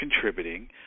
contributing